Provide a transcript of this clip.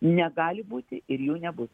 negali būti ir jų nebus